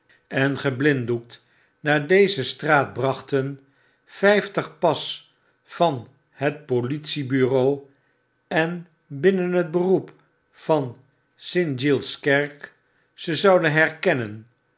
en geblinddoekt naar deze straat braehten vyftig pas van het politiebureau eii binnen het beroep van st giles kerk ze zouden herkennen